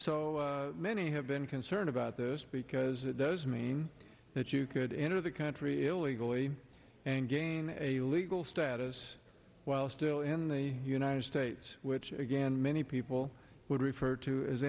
so many have been concerned about this because it does mean that you could enter the country illegally and gain a legal status while still in the united states which again many people would refer to